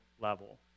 level